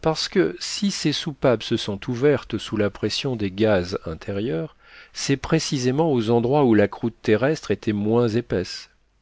parce que si ces soupapes se sont ouvertes sous la pression des gaz intérieurs c'est précisément aux endroits où la croûte terrestre était moins épaisse